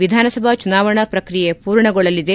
ವಿಧಾನಸಭಾ ಚುನಾವಣಾ ಪ್ರಕ್ರಿಯೆ ಪೂರ್ಣಗೊಳ್ಳಲಿದೆ